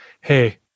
hey